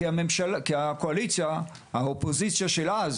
האופוזיציה דאז,